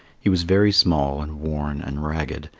he was very small and worn and ragged,